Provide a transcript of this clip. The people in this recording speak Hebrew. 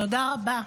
תודה רבה.